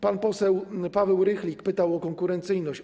Pan poseł Paweł Rychlik pytał o konkurencyjność.